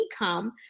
income